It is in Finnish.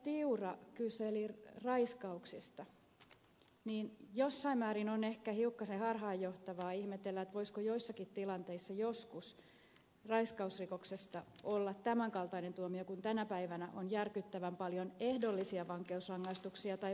tiura kyseli raiskauksista niin jossain määrin on ehkä hiukkasen harhaanjohtavaa ihmetellä voisiko joissakin tilanteissa joskus raiskausrikoksesta olla tämän kaltainen tuomio kun tänä päivänä on järkyttävän paljon ehdollisia vankeusrangaistuksia tai pelkkiä sakkoja